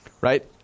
right